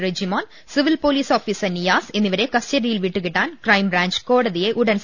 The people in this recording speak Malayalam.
Rejimon civil police officer Niyas എന്നിവരെ കസ്റ്റ ഡിയിൽവിട്ടുകിട്ടാൻ ക്രൈംബ്രാഞ്ച് കോടതിയെ ഉടൻ സമീപിക്കും